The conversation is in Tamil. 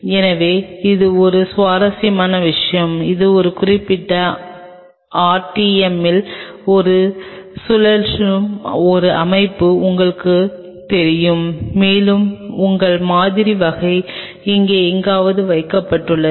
எனவே இது ஒரு சுவாரஸ்யமான விஷயம் இது ஒரு குறிப்பிட்ட RTM மில் இது சுழலும் ஒரு அமைப்பு என்று உங்களுக்குத் தெரியும் மேலும் உங்கள் மாதிரி வகை இங்கே எங்காவது வைக்கப்பட்டுள்ளது